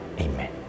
Amen